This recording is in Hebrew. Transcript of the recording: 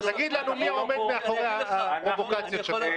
תגיד לנו מי עומד מאחורי הפרובוקציות שלך.